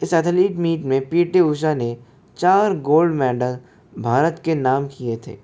इस आधुनिक मीट में पी टी ऊषा ने चार गोल्ड मेडल भारत के नाम किए थे